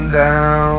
down